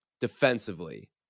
defensively